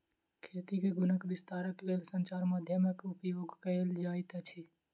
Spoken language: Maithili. खेती के गुणक विस्तारक लेल संचार माध्यमक उपयोग कयल जाइत अछि